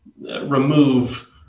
remove